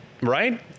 Right